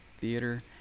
Theater